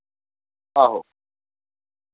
आहो